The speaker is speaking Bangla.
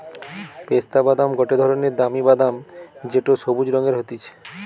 পেস্তা বাদাম গটে ধরণের দামি বাদাম যেটো সবুজ রঙের হতিছে